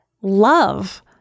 love